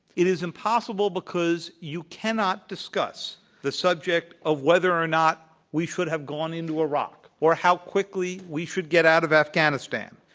it is impossible because you cannot discuss the subject of whether or not we should have gone into iraq, or how quickly we should get out of afghanistan,